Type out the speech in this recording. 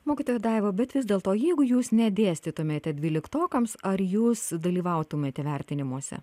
mokytoja daiva bet vis dėlto jeigu jūs nedėstytumėte dvyliktokams ar jūs dalyvautumėte vertinimuose